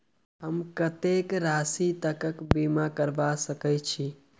हम कत्तेक राशि तकक बीमा करबा सकै छी?